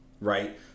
right